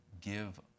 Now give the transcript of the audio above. give